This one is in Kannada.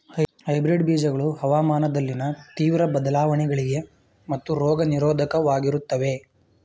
ಹೈಬ್ರಿಡ್ ಬೀಜಗಳು ಹವಾಮಾನದಲ್ಲಿನ ತೀವ್ರ ಬದಲಾವಣೆಗಳಿಗೆ ಮತ್ತು ರೋಗ ನಿರೋಧಕವಾಗಿರುತ್ತವೆ